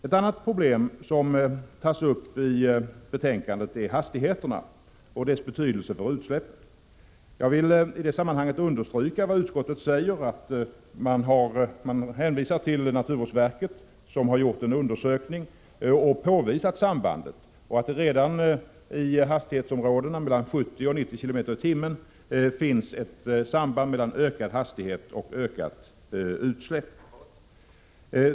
Ett annat problem som tas upp i betänkandet är hastigheten och dess betydelse för utsläppen. Jag vill i detta sammanhang understryka vad utskottet säger när man hänvisar till att naturvårdsverket har gjort en undersökning för att påvisa dessa samband. Redan i hastighetsområdet 70—90 kilometer per timme finns ett samband mellan hastighet och utsläpp.